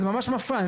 זה ממש מפריע.